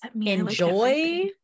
enjoy